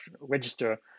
register